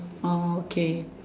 orh okay